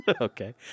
Okay